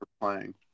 playing